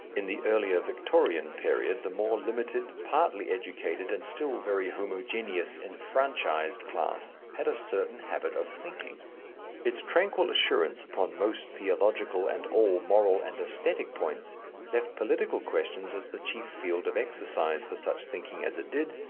in the earlier victorian period, the more limited, partly educated, and still very homogeneous enfranchised class, had a certain habit of thinking its tranquil assurance upon most theological and all moral and aesthetic points left political questions as the chief field of exercise for such thinking as it did,